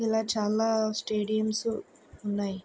ఇలా చాలా స్టేడియమ్స్ ఉన్నాయి